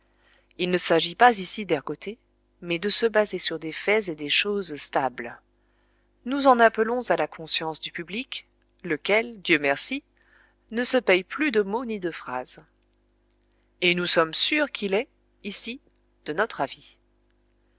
il ne s'agit pas ici d'ergoter mais de se baser sur des faits et des choses stables nous en appelons à la conscience du public lequel dieu merci ne se paye plus de mots ni de phrases et nous sommes sûr qu'il est ici de notre avis